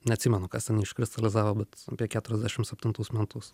neatsimenu kas ten jį iškristalizavo bet apie keturiasdešimt septintus metus